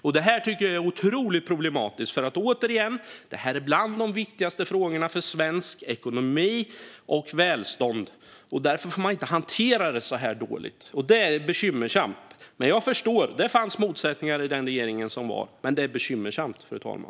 Jag tycker att detta är otroligt problematiskt, för återigen: Det här är en av de viktigaste frågorna för svensk ekonomi och svenskt välstånd. Därför får den inte hanteras så här dåligt. Det är bekymmersamt. Jag förstår att det fanns motsättningar i den regering som satt, men det är bekymmersamt, fru talman.